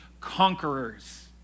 conquerors